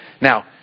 Now